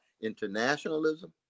internationalism